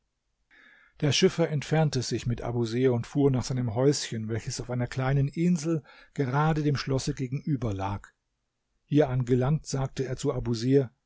der schiffer entfernte sich mit abusir und fuhr nach seinem häuschen welches auf einer kleinen insel gerade dem schlosse gegenüber lag hier angelangt sagte er zu abusir